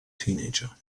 teenager